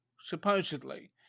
supposedly